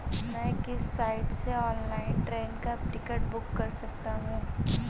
मैं किस साइट से ऑनलाइन ट्रेन का टिकट बुक कर सकता हूँ?